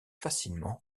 facilement